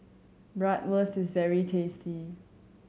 bratwurst is very tasty